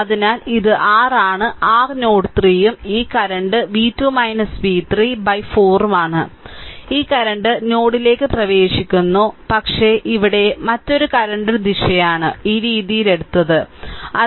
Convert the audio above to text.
അതിനാൽ ഇത് r ആണ് r നോഡ് 3 ഉം ഈ കറന്റ് v2 v3 ബൈ 4 ഉം ആണ് ഈ കറന്റ് നോഡിലേക്ക് പ്രവേശിക്കുന്നു പക്ഷേ ഇവിടെ മറ്റൊരു കറന്റ് ദിശയാണ് ഈ രീതിയിൽ എടുത്തതാണ്